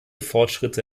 fortschritte